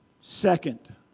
Second